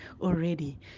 already